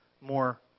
more